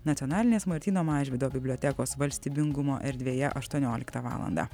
nacionalinės martyno mažvydo bibliotekos valstybingumo erdvėje aštuonioliktą valandą